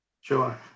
Sure